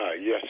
Yes